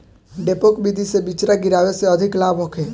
डेपोक विधि से बिचरा गिरावे से अधिक लाभ होखे?